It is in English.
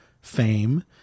fame